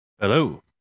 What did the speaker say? hello